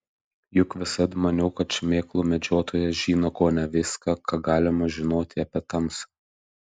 juk visad maniau kad šmėklų medžiotojas žino kone viską ką galima žinoti apie tamsą